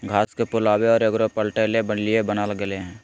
घास के फुलावे और एगोरा पलटय के लिए भी बनाल गेल हइ